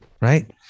Right